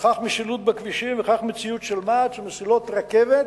וכך משילוט בכבישים וכך מציוד של מע"צ ומסילות רכבת.